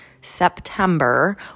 September